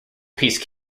peace